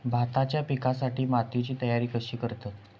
भाताच्या पिकासाठी मातीची तयारी कशी करतत?